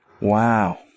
Wow